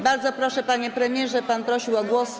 Bardzo proszę, panie premierze, pan prosił o głos.